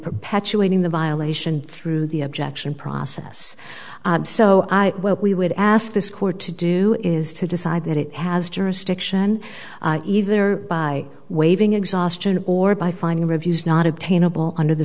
perpetuating the violation through the objection process so i what we would ask this court to do is to decide that it has jurisdiction either by i waiving exhaustion or by finding reviews not obtainable under the